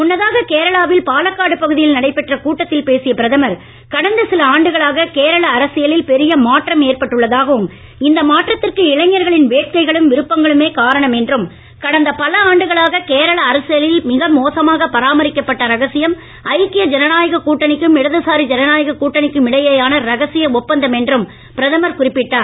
முன்னதாகஇ கேரளாவில் பாலக்காடு பகுதியில் நடைபெற்ற கூட்டத்தில் பேசிய பிரதமர்இ கடந்த சில ஆண்டுகளாகஇ கேரள அரசியலில் பெரிய மாற்றம் ஏற்பட்டுள்ளதாகவும்இ இந்த மாற்றத்திற்கு இளைஞர்களின் வேட்கைகளும்இ விருப்பங்களுமே காரணம் என்றும்இ கடந்த பல ஆண்டுகளாக கேரளா அரசியலில் மிக மோசமாக பராமரிக்கப்பட்ட ரகசியம் ஐக்கிய ஜனநாயக கூட்டணிக்கும்இ இடதுசாரி ஜனநாயக கூட்டணிக்கு இடையேயான ரகசிய ஒப்பந்தம் என்றும் பிரதமர் குறிப்பிட்டார்